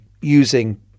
using